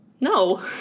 No